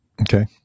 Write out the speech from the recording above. Okay